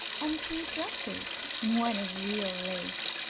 and three dresses, one of real lace.